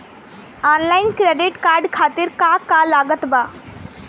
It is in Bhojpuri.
आनलाइन क्रेडिट कार्ड खातिर का का लागत बा?